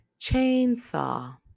chainsaw